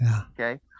Okay